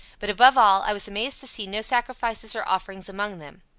but, above all, i was amazed to see no sacrifices or offerings among them.